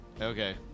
Okay